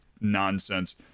nonsense